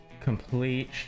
Complete